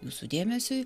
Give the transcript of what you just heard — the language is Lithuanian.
jūsų dėmesiui